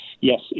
yes